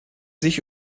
sich